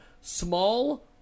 small